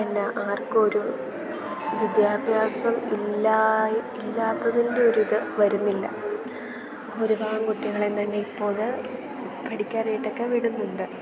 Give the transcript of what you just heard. എന്ന ആർക്കും വിദ്യാഭ്യാസം ഇല്ലാ ഇല്ലാത്തതിൻ്റെ ഒരിത് വരുന്നില്ല ഭൂരിഭാഗം കുട്ടികളെ തന്നെ ഇപ്പോഴ് പഠിക്കാനായിട്ടൊക്കെ വിടുന്നുണ്ട്